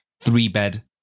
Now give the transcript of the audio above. three-bed